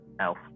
elf